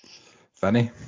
Funny